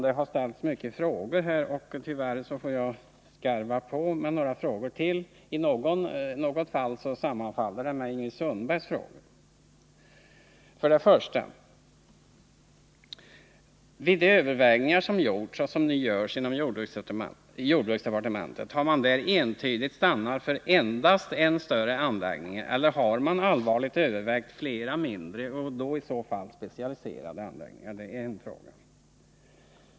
Det har ställts många frågor här, och tyvärr måste jag skarva på med ytterligare några. I något fall sammanfaller mina frågor med Ingrid Sundbergs. 1. Har man vid de övervägningar som gjorts och som nu görs inom jordbruksdepartementet entydigt stannat för endast en större anläggning, eller har man allvarligt övervägt flera mindre och i så fall specialiserade anläggningar?